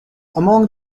among